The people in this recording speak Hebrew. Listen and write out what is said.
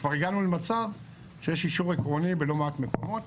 כבר הגענו למצב שיש אישור עקרוני בלא מעט מקומות